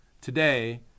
Today